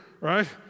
right